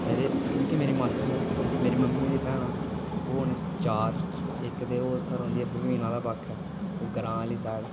ते जेह्की मेरी मासी न मेरी मम्मी दी भैनां ओह् न चार इक ते ओह् उत्थै रोंह्दियां बर्मीन आह्ले पास्सै ओह् ग्रां आह्लै पाखै